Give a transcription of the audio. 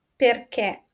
perché